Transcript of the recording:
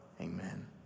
Amen